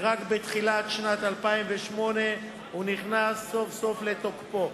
ורק בתחילת שנת 2008 הוא נכנס סוף-סוף לתוקפו.